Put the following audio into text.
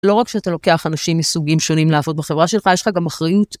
לא רק שאתה לוקח אנשים מסוגים שונים לעבוד בחברה שלך, יש לך גם אחריות.